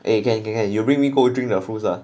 eh can can can you bring me go drink the fruits ah